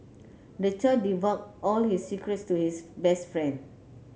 the child divulged all his secrets to his best friend